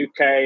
UK